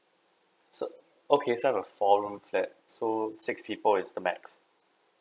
so okay so I have a four room flat so six people is the max